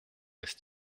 ist